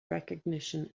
recognition